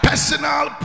Personal